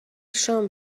شام